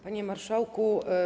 Panie Marszałku!